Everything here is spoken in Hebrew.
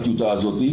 הטיוטה הזאת,